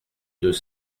deux